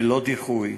בלא דיחוי,